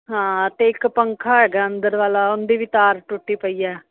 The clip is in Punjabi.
ਹਾਂ ਅਤੇ ਇੱਕ ਪੱਖਾ ਹੈਗਾ ਅੰਦਰ ਵਾਲਾ ਉਹਦੀ ਵੀ ਤਾਰ ਟੁੱਟੀ ਪਈ ਹੈ